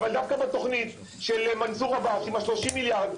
אבל דווקא בתוכנית של מנסור עבאס עם ה-30 מיליארד,